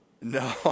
No